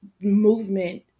movement